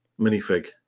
minifig